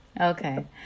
okay